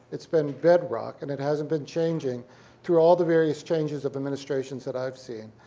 it's been bedrock, and it hasn't been changing through all the various changes of administrations that i've seen,